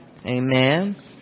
Amen